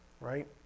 right